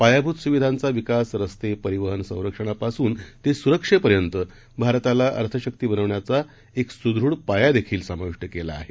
पायाभूतसुविधांचाविकास रस्ते परिवहन संरक्षणापासूनतेसुरक्षेपर्यंतभारतालाअर्थशक्तीबनवण्याचाएकसुदृढपायादेखीलसमाविष्टकेलाआहे